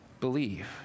believe